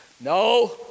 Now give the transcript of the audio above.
No